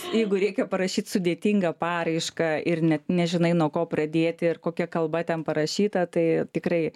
jeigu reikia parašyt sudėtingą paraišką ir net nežinai nuo ko pradėti kokia kalba ten parašyta tai tikrai